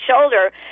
shoulder